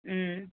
ம்